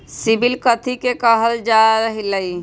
CIBIL कथि के काहल जा लई?